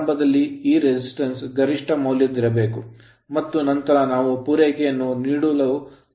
ಆರಂಭದಲ್ಲಿ ಈ resistance ಪ್ರತಿರೋಧವು ಗರಿಷ್ಠ ಮೌಲ್ಯದಲ್ಲಿರಬೇಕು ಮತ್ತು ನಂತರ ನಾವು ಪೂರೈಕೆಯನ್ನು ನೀಡಲು ಪ್ರಾರಂಭಿಸುತ್ತೇವೆ